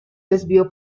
desvío